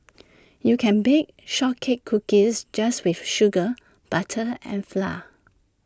you can bake short cake cookies just with sugar butter and flour